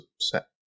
set